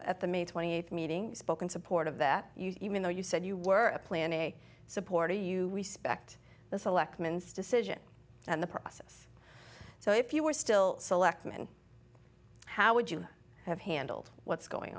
at the may twenty eighth meeting spoke in support of that you even though you said you were a plan a supporter you respect the select mins to sit in the process so if you were still selectman how would you have handled what's going